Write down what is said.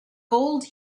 gold